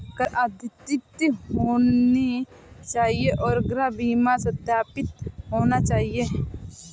कर अद्यतित होने चाहिए और गृह बीमा सत्यापित होना चाहिए